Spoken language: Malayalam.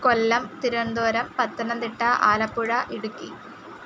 കൊല്ലം തിരുവനന്തപുരം പത്തനംത്തിട്ട ആലപ്പുഴ ഇടുക്കി